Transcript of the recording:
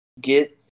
get